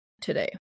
today